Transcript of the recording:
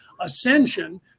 ascension